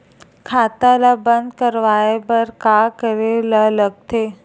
खाता ला बंद करवाय बार का करे ला लगथे?